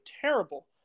terrible